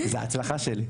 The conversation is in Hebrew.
זה ההצלחה שלי.